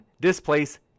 Displace